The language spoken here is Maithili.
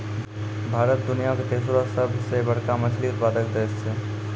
भारत दुनिया के तेसरो सभ से बड़का मछली उत्पादक देश छै